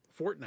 Fortnite